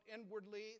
inwardly